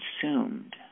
consumed